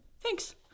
thanks